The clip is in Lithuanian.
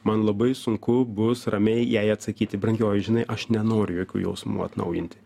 man labai sunku bus ramiai jai atsakyti brangioji žinai aš nenoriu jokių jausmų atnaujinti